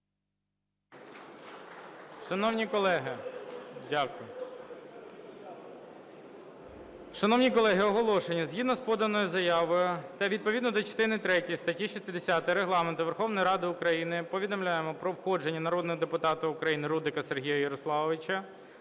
Шановні колеги, оголошення. Згідно з поданою заявою та відповідно до частини третьої статті 60 Регламенту Верховної Ради України повідомляємо про входження народного депутата України Рудика Сергія Ярославовича,